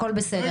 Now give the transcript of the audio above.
הכול בסדר.